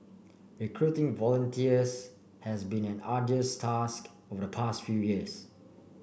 recruiting volunteers has been an arduous task over the past few years